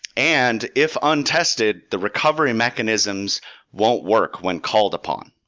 and if untested, the recovery mechanisms won't work when called upon.